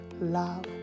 love